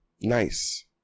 Nice